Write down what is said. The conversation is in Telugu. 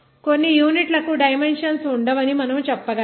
కొన్ని యూనిట్లకు డైమెన్షన్స్ ఉండవని మనము చెప్పగలం